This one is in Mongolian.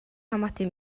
хамаатай